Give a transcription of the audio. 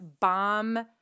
bomb